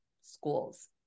schools